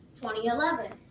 2011